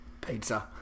pizza